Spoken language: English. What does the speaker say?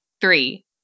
three